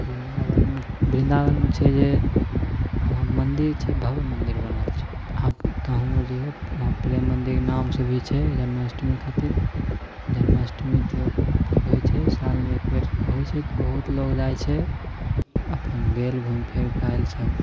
बृन्दाबनमे बृन्दाबनमे छै जे वहाँ मन्दिर छै भब्य मन्दिर बनल छै आब कहुँ जइयौ प्रेम मन्दिरके नामसेभी छै जन्माष्टमी खातिर जन्माष्टमी तऽ होइ छै सालमे एकबेर होइ छै तऽ बहुत लोग जाइ छै अपन गेल घुमि फिरके आएल सब